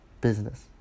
business